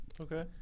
Okay